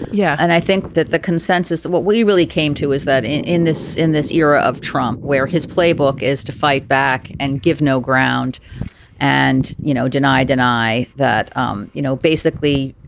yeah. and i think that the consensus of what we really came to is that in in this in this era of trump where his playbook is to fight back and give no ground and you know deny deny that um you know basically